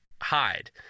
hide